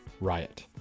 riot